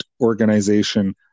organization